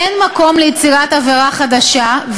אין מקום ליצירת עבירה חדשה,